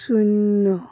ଶୂନ